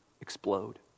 explode